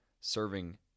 serving